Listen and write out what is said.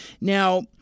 now